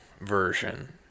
version